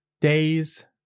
days